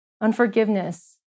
unforgiveness